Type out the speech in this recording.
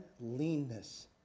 leanness